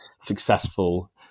successful